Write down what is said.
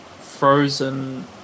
frozen